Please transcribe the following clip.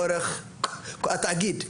התאגיד,